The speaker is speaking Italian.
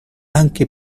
anche